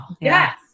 Yes